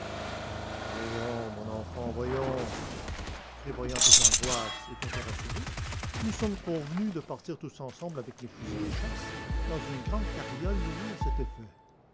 voyons mon enfant voyons prévoyant tes angoisses et pour te rassurer nous sommes convenus de partir tous ensemble avec nos fusils de chasse dans une grande carriole louée à cet effet